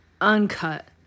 uncut